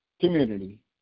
community